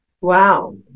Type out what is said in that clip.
Wow